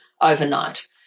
overnight